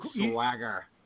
swagger